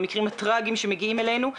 במקרים הטרגיים שמגיעים אלינו,